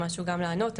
גם לענות,